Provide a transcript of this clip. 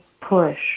push